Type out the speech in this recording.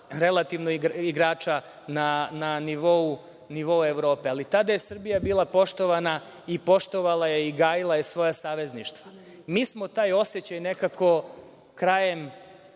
relativno, igrača na nivou Evrope. Ali tada je Srbija poštovana i poštovala i gajila je svoja savezništva. Mi smo taj osećaj nekako krajem